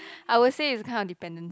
I will say is kind of dependence